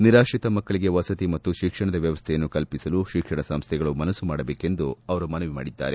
ನಿರಾತ್ರಿತ ಮಕ್ಕಳಿಗೆ ವಸತಿ ಮತ್ತು ಶಿಕ್ಷಣದ ವ್ಯವಸ್ಥೆಯನ್ನು ಕಲ್ಪಿಸಲು ಶಿಕ್ಷಣ ಸಂಸ್ಥೆಗಳು ಮನಸ್ತು ಮಾಡಬೇಕೆಂದು ಅವರು ಮನವಿ ಮಾಡಿದ್ದಾರೆ